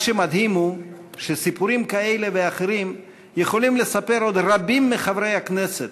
מה שמדהים הוא שסיפורים כאלה ואחרים יכולים לספר עוד רבים מחברי הכנסת,